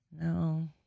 No